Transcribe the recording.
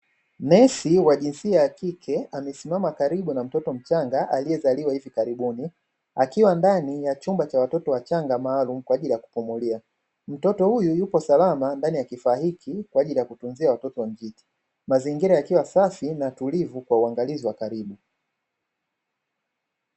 Nesi wa jinsia ya kike amesimama karibu na mtoto mchanga, aliyezaliwa hivi karibuni akiwa ndani ya chumba maalumu kwa ajili ya kupumulia. Mtoto huyu yupo salama ndani ya kifaa hichi kwa ajili ya kutunzia watoto njiti, mazingira yakiwa safi na tulivu kwa uangalizi wa karibu.